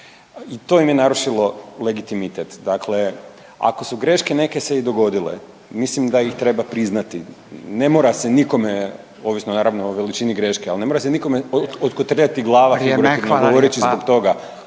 i to im je narušilo legitimitet. Dakle, ako su greške neke se i dogodile mislim da ih treba priznati, ne mora se nikome, ovisno naravno o veličini greške, ali ne mora se nikome otkotrljati glava…/Upadica: Vrijeme, hvala